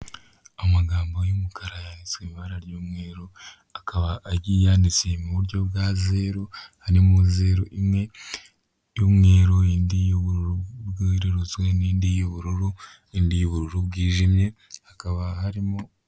Amagambo y'umukara yanditswe mu ibara ry'umweru akaba agiye yanditswe muburyo bwa zeru harimo zeru imwe y'umweru, indi y'ubururu bwererutswe n'indi y'ubururu, n'indi y'ubururu bwijimye hakaba harimo...